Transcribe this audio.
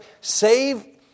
save